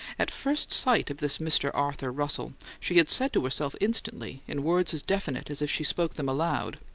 at first sight of this mr. arthur russell, she had said to herself instantly, in words as definite as if she spoke them aloud,